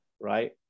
right